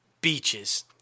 Beaches